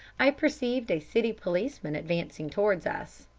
i perceived a city policeman advancing towards us.